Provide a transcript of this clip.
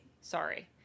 Sorry